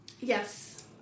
Yes